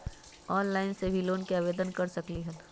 Online से भी loan के आवेदन कर सकलीहल?